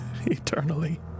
eternally